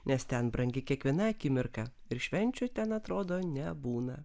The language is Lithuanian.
nes ten brangi kiekviena akimirka ir švenčių ten atrodo nebūna